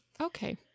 Okay